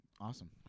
Awesome